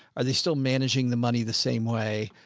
are they still managing the money the same way?